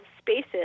spaces